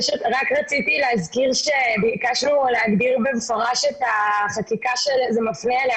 רק רציתי להזכיר שביקשנו להגדיר במפורש את החקיקה שזה מפנה אליה